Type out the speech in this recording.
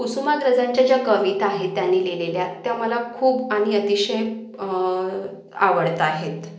कुसुमाग्रजांच्या ज्या कविता आहेत त्यांनी लिहिलेल्या त्या मला खूप आणि अतिशय आवडत आहेत